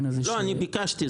אני ביקשתי.